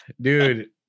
Dude